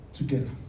Together